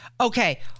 Okay